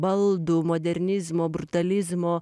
baldų modernizmo burtalizmo